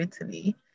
Italy